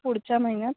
पुढच्या महिन्यात